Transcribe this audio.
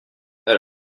elle